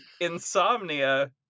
insomnia